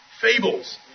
fables